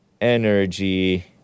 Energy